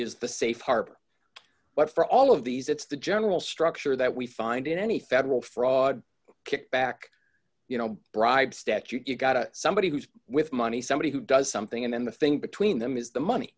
is the safe harbor but for all of these it's the general structure that we find in any federal fraud kickback you know bribe statute you've got a somebody who's with money somebody who does something and then the thing between them is the money